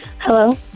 Hello